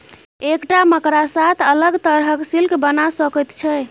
एकटा मकड़ा सात अलग तरहक सिल्क बना सकैत छै